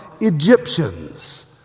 Egyptians